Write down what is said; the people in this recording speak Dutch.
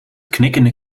knikkende